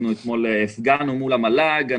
אתמול הפגנו מול המל"ג,